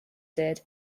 did